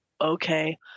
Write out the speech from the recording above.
okay